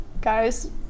guys